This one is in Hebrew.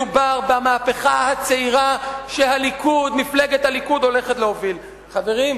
מדובר במהפכה הצעירה שמפלגת הליכוד הולכת להוביל." חברים,